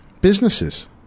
businesses